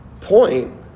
point